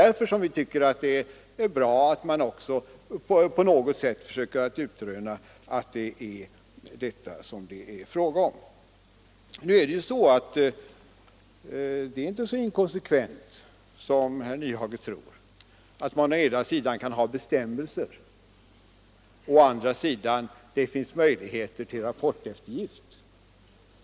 Därför tycker vi det är bra att man på något sätt försöker utreda att det är en tillfällig försummelse. Det är inte så inkonsekvent som herr Nyhage tror att man å ena sidan kan ha bestämmelser medan det å andra sidan finns möjlighet till rapporteftergift.